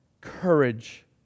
courage